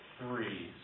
three